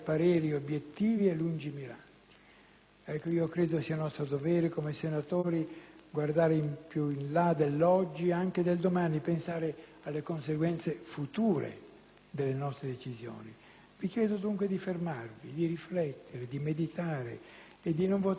Ecco, credo sia nostro dovere, come senatori, guardare più in là dell'oggi e anche del domani e pensare anche alle conseguenze future delle nostre decisioni. Vi chiedo, dunque, di fermarvi, di riflettere, di meditare e di non votare una legge in palese contrasto